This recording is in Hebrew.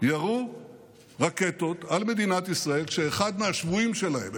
ירו רקטות על מדינת ישראל כשאחד מהשבויים שלהם,